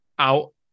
out